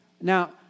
Now